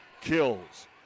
kills